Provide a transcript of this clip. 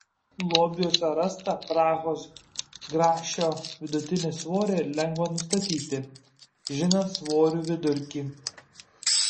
lobiuose rasto prahos grašio vidutinį svorį lengva nustatyti žinant svorių vidurkį